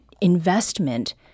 investment